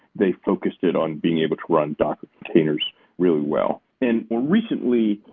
they focused it on being able to run docker containers really well. and more recently,